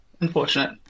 unfortunate